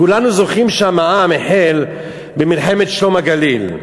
כולנו זוכרים שהמע"מ החל במלחמת "שלום הגליל".